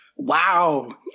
Wow